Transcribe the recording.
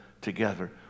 together